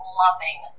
loving